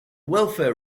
welfare